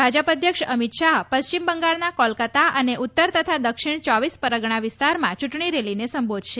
ભાજપના અધ્યક્ષ અમિત શાહ પશ્ચિમ બંગાળના કોલકતા અને ઉત્તર તથા દક્ષિણ ચોવીસ પરગણા વિસ્તારમાં ચૂંટણી રેલીને સંબોધશે